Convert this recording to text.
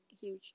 huge